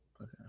Okay